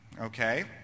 okay